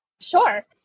Sure